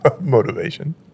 motivation